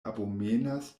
abomenas